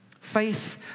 Faith